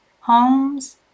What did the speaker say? homes